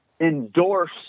endorse